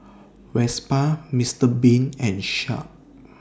Vespa Mister Bean and Sharp